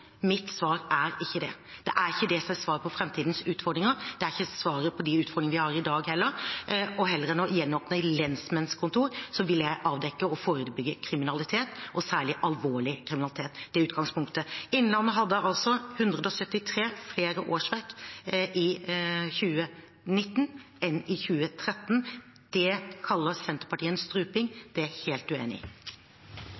Mitt svar er ikke det. Det er ikke svaret på framtidens utfordringer. Det er ikke svaret på de utfordringene vi har i dag, heller. Heller enn å gjenåpne lensmannskontor, vil jeg avdekke og forebygge kriminalitet, særlig alvorlig kriminalitet. Det er utgangspunktet. Innlandet hadde 173 flere årsverk i 2019 enn i 2013. Det kaller Senterpartiet en